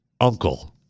uncle